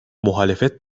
muhalefet